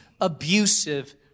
abusive